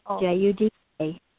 J-U-D-A